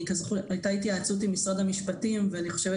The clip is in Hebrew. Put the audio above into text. הייתה התייעצות עם משרד המשפטים ואני חושבת